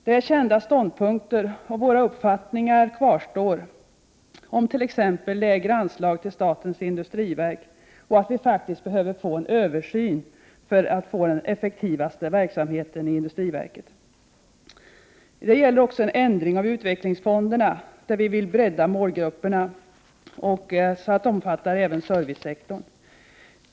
Det är kända ståndpunkter, och våra uppfattningar kvarstår om t.ex. lägre anslag till statens industriverk. Dessutom behöver vi faktiskt få en översyn för att möjliggöra en så effektiv verksamhet som möjligt i industriverket. Det handlar också om att få till stånd en ändring av utvecklingsfonderna. Vi vill bredda målgrupperna i det avseendet till att omfatta även servicesektorn.